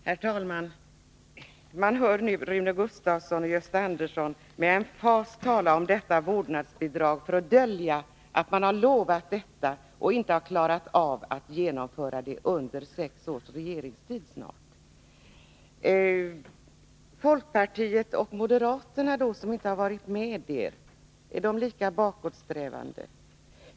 Herr talman! Man hör nu Rune Gustavsson och Gösta Andersson med emfas tala om detta vårdnadsbidrag för att dölja att man har lovat detta och inte har klarat av att genomföra det under snart sex års regeringstid. Folkpartiet och moderaterna som inte har varit med er, är de lika bakåtsträvande?